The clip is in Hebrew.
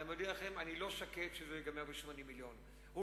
אני מודיע לכם: אני לא שקט שזה ייגמר ב-80 מיליארד שקל.